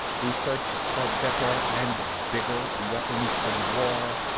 the search for better and bigger weapons of war.